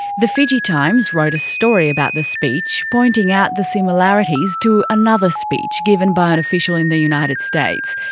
the fiji times wrote a story about the speech, pointing out the similarities to another speech given by an official in the united states.